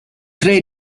tre